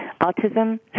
autism